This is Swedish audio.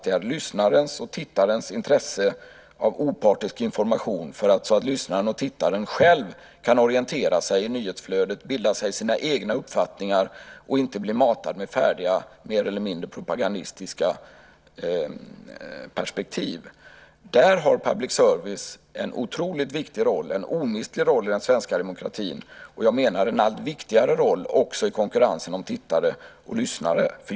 Det är i lyssnarens och tittarens intresse att informationen är opartisk så att lyssnaren och tittaren själva kan orientera sig i nyhetsflödet och bilda sig sina egna uppfattningar och inte bli matade med färdiga mer eller mindre propagandistiska perspektiv. Där har public service en otroligt viktig roll - en omistlig roll - i den svenska demokratin. Jag menar att den har en allt viktigare roll också i konkurrensen om tittare och lyssnare.